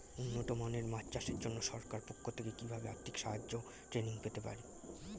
উন্নত মানের মাছ চাষের জন্য সরকার পক্ষ থেকে কিভাবে আর্থিক সাহায্য ও ট্রেনিং পেতে পারি?